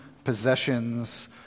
possessions